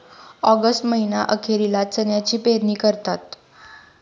August महीना अखेरीला चण्याची पेरणी करतात